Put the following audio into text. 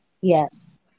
Yes